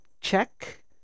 check